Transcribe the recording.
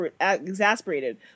exasperated